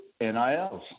NILs